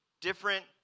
different